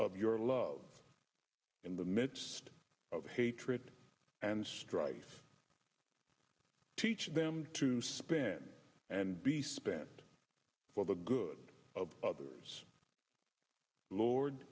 of your love in the midst of hatred and strife teach them to spend and be spent for the good of others lord